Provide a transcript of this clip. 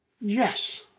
yes